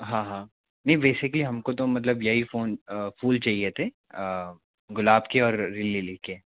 हाँ हाँ नहीं बेसिकली हमको तो मतलब यही फ़ोन फूल चाहिए थे गुलाब के और लिली के